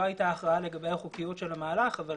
לא הייתה הכרעה לגבי החוקיות של המהלך אבל